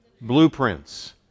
blueprints